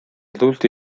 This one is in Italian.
adulti